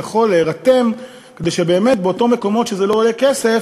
שני נושאים אסטרטגיים שצריכים להיות בכיתות א'